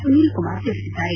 ಸುನೀಲ್ ಕುಮಾರ್ ತಿಳಿಸಿದ್ದಾರೆ